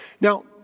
Now